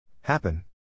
Happen